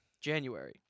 January